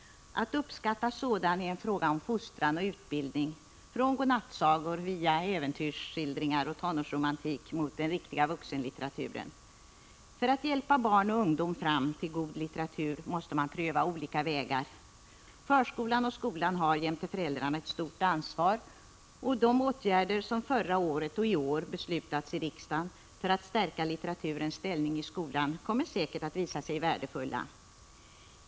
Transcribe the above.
Att uppskatta sådan är en fråga om fostran och utbildning — från godnattsagor via äventyrsskildringar och tonårsromantik mot den riktiga vuxenlitteraturen. För att hjälpa barn och ungdom fram till god litteratur måste man pröva olika vägar. Förskolan och skolan har jämte föräldrarna ett stort ansvar, och de åtgärder som förra året och i år beslutats i riksdagen för att stärka litteraturens ställning i skolan kommer säkert att visa sig värdefulla.